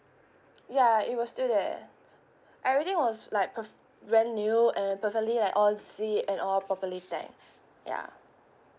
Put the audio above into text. ya it was still there everything was like brand new and perfectly at all zip and all properly tagged ya